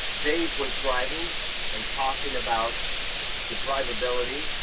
dave was driving and talking about the drivability,